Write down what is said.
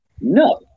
No